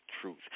truth